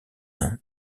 inde